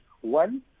one